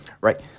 right